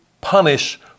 punish